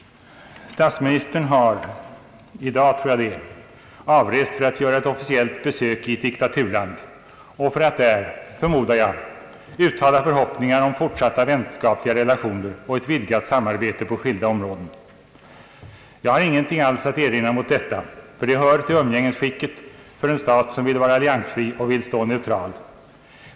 Statsministern har — i dag, tror jag — avrest för att göra officiellt besök i ett diktaturland och för att där, förmodar jag, uttala förhoppningar om fortsatta vänskapliga relationer och ett vidgat samarbete på skilda områden. Jag har ingenting att erinra mot detta — det hör till umgängesskicket för en stat som vill vara alliansfri och stå neutral.